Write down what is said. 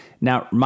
Now